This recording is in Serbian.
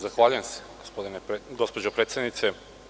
Zahvaljujem se, gospođo predsednice.